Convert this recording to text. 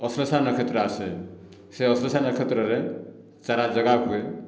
ଅଶ୍ଳେଷା ନକ୍ଷେତ୍ର ଆସେ ସେ ଅଶ୍ଳେଷା ନକ୍ଷେତ୍ରରେ ଚାରା ଜଗା ହୁଏ